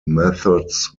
methods